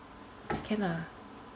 can lah